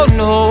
no